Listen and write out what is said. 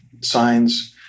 signs